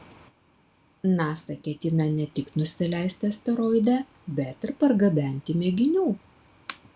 nasa ketina ne tik nusileisti asteroide bet ir pargabenti mėginių